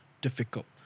difficult